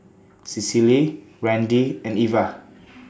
Cecily Randi and Ivah